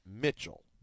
Mitchell